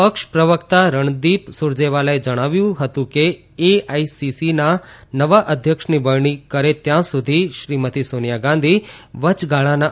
પક્ષ પ્રવકતા રણદીપ સુરજેવાલાએ જણાવ્યું હતું કે છૈંઝઝ નવા અધ્યક્ષની વરણી કરે ત્યાં સુધી શ્રીમતી સોનિયા ગાંધી વચગાળાના અધ્યક્ષ રહેશે